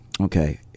Okay